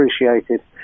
appreciated